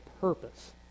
purpose